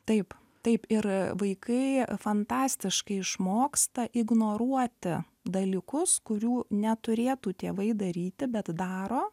taip taip ir vaikai jie fantastiškai išmoksta ignoruoti dalykus kurių neturėtų tėvai daryti bet daro